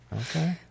Okay